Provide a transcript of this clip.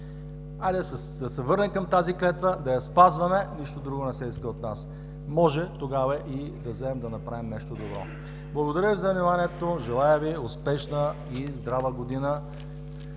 Да се върнем към тази клетва, да я спазваме. Нищо друго не се иска от нас. Може тогава да вземем да направим и нещо добро. Благодаря Ви за вниманието. Желая успешна и здрава година,